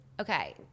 Okay